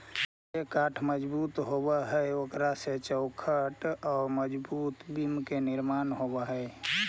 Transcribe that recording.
जे काष्ठ मजबूत होवऽ हई, ओकरा से चौखट औउर मजबूत बिम्ब के निर्माण होवऽ हई